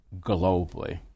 globally